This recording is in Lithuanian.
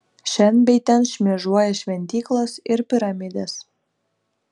šen bei ten šmėžuoja šventyklos ir piramidės